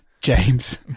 James